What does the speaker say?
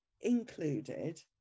included